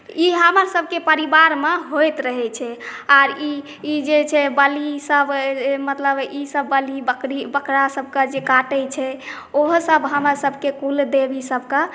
ई हमर सबके परिवारमे होइत रहै छै आओर ई ई जे छै बलिसब मतलब ईसब बलि बकरी बकरासबके जे काटै छै ओहोसब हमरसबके कुलदेवी सबके